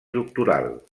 doctoral